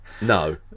No